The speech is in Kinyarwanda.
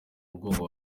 mugongo